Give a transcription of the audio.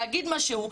להגיד מה שהוא,